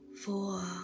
four